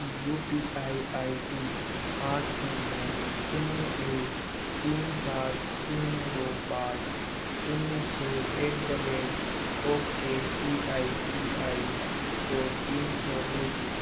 you P I I D आठ शून्य शून्य एक तीन सात शून्य दो पाँच शून्य छः at the rate okay C I C I को तीन सौ भेजें